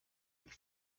and